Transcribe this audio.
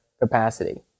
capacity